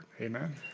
Amen